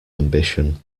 ambition